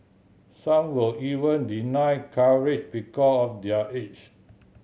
some were even denied coverage because of their age